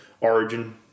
Origin